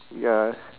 ya